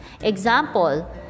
example